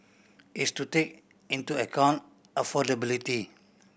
is to take into account affordability